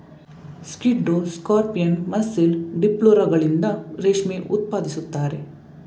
ಸ್ಕಿಡ್ಡೋ scorpion, mussel, ಡಿಪ್ಲುರಗಳಿಂದ ರೇಷ್ಮೆ ಉತ್ಪಾದಿಸುತ್ತಾರೆ